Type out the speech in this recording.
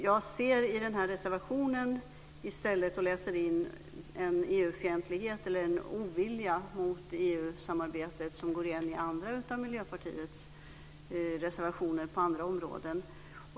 I reservationen ser jag i stället, och läser in, en EU-fientlighet eller en ovilja mot EU-samarbetet som går igen i andra av Miljöpartiets reservationer på andra områden.